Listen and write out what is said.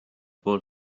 pool